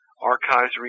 archives